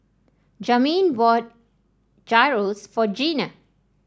Jamin bought Gyros for Gina